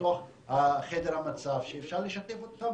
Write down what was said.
בתוך חדר המצב שאפשר לשתף את זה,